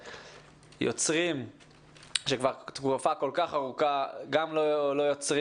יוצרים שכבר תקופה כל כך ארוכה גם לא יוצרים